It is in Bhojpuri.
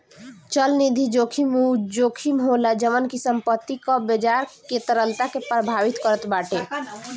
चलनिधि जोखिम उ जोखिम होला जवन की संपत्ति कअ बाजार के तरलता के प्रभावित करत बाटे